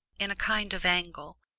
in a kind of angle,